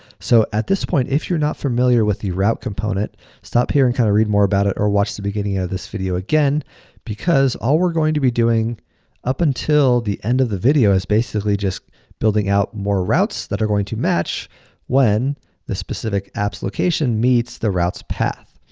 so, at this point, if you're not familiar with the route component stop here and, kind of, read more about it or watch the beginning of this video again because all we're going to be doing up until the end of the video is basically just building out more routes that are going to match when the specific app's location meets the route's path.